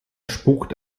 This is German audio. spukt